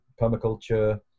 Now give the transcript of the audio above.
permaculture